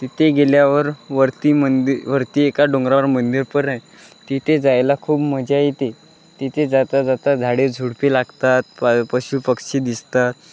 तिथे गेल्यावर वरती मंदिर वरती एका डोंगरावर मंदिरपर आहे तिथे जायला खूप मजा येते तिथे जाता जाता झाडे झुडपी लागतात प पशुपक्षी दिसतात